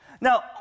Now